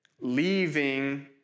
leaving